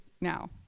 now